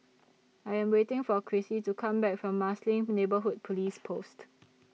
I Am waiting For Krissy to Come Back from Marsiling Neighbourhood Police Post